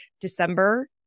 December